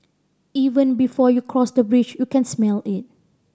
even before you cross the bridge you can smell it